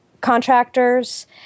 contractors